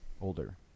older